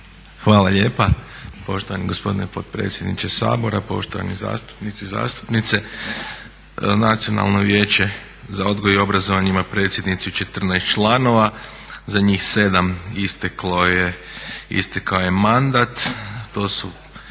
Hvala lijepa poštovani gospodine potpredsjedniče Sabora, poštovani zastupnici i zastupnice. Nacionalno vijeće za odgoj i obrazovanje ima predsjednicu i 14 članova. Za njih 7 istekao je mandat. To su